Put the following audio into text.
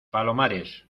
palomares